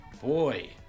Boy